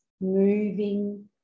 moving